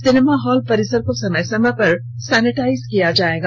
cinema hall परिसर को समय समय पर सैनिटाइज किया जाएगा